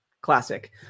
classic